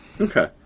Okay